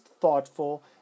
thoughtful